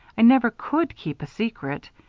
i never could keep a secret.